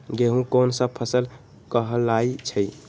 गेहूँ कोन सा फसल कहलाई छई?